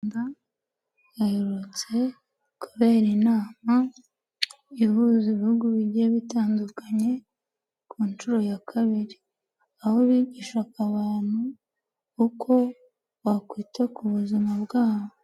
Mu Rwanda haherutse kubera inama, ihuza ibihugu bigiye bitandukanye, ku nshuro ya kabiri, aho bigishaga abantu, uko bakwita ku buzima bwabo.